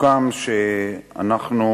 סוכם שאנחנו